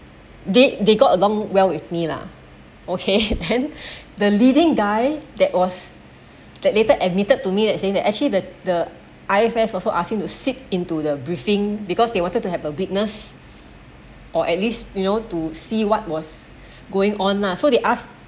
they they got along well with me lah okay then the leading guy that was that later admitted to me that saying that actually that the aisle friend also ask him to seek into the briefing because they wanted to have a witness or at least you know to see what was going on lah so they ask